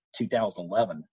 2011